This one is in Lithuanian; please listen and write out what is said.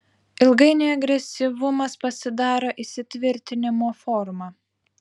ilgainiui agresyvumas pasidaro įsitvirtinimo forma